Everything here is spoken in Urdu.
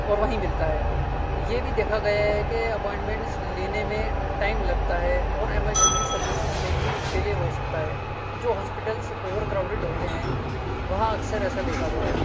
اور وہیں ملتا ہے یہ بھی دیکھا گیا ہے کہ اپائنمنٹس لینے میں ٹائم لگتا ہے اور ایمرجنسی سروسز میں بھی ڈیلے ہو سکتا ہے جو ہاسپیٹلس اوور کراؤٹیڈ ہوتے ہیں وہاں اکثر ایسا دیکھا گیا ہے